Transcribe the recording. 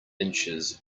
inches